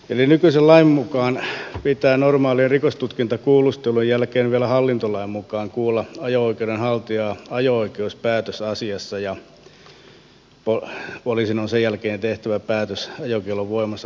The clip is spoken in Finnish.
nykyisen lain mukaan pitää normaalin rikostutkintakuulustelun jälkeen vielä hallintolain mukaan kuulla ajo oikeuden haltijaa ajo oikeuspäätösasiassa ja poliisin on sen jälkeen tehtävä päätös ajokiellon voimassa pitämisestä